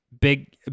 big